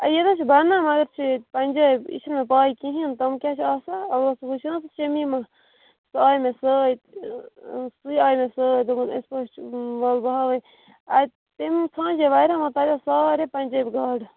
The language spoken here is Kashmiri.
اَ ییٚتہِ چھِ بَنان مگر چھِ ییٚہِت پَنجٲبۍ یہِ چھِنہٕ پاے کِہیٖنۍ تِم کیٛاہ چھِ آسان البتہ سۄ چھنہ سۄ شمیٖما سۄ آیہِ مےٚ سۭتۍ سُے آیہِ مےٚ سۭتۍ دوٚپُن أسۍ پٲٹھۍ وَلہٕ بہٕ ہاوَے اَتہِ تٔمۍ ژھانجے واریاہ مگر تتہِ آسہٕ سارے پَنجٲبۍ گاڈٕ